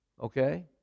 okay